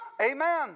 Amen